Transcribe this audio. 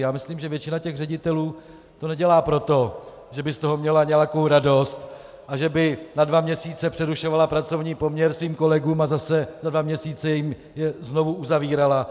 Já myslím, že většina ředitelů to nedělá proto, že by z toho měla nějakou radost a že by na dva měsíce přerušovala pracovní poměr svým kolegům a zase za dva měsíce je znovu uzavírala.